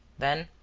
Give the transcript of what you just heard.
then,